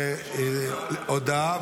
הודעה,